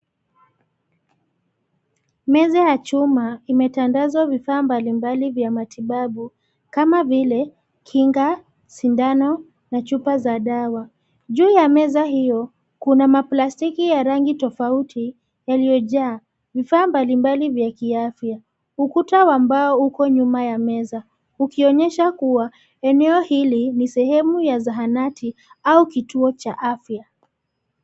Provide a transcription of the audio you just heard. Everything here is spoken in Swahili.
Meza ya chuma imetandazwa vifaa mbalimbali vya matibabu kama vile kinga, sindano na chupa za dawa. Juu ya meza hiyo kuna maplastiki ya rangi tofauti yaliyojaa vifaa mbalimbali vya kiafya. Ukuta wa mbao uko nyuma ya meza ukionyesha kuwa eneo hili ni sehemu ya zahanati au kituo cha afya.